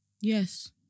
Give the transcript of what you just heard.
Yes